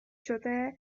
شده